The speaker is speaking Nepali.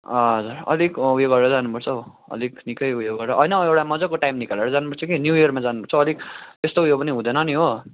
हजुर अलिक उयो गरेर जानु पर्छ हौ अलिक निकै उयो गरेर होइन हौ एउटा मजाको टाइम निकालेर जानु पर्छ कि न्यु इयरमा जानु पर्छ हौ अलिक त्यस्तो उयो पनि हुँदैन नि हो